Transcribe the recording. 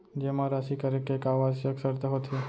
जेमा राशि करे के का आवश्यक शर्त होथे?